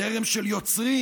זרם של יוצרים,